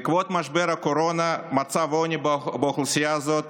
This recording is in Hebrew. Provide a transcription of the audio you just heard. בעקבות משבר הקורונה מצב העוני באוכלוסייה הזאת